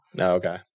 okay